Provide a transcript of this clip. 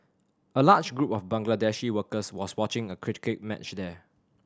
a large group of Bangladeshi workers was watching a cricket match there